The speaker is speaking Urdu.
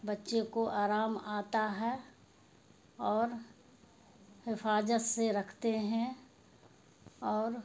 بچے کو آرام آتا ہے اور حفاظت سے رکھتے ہیں اور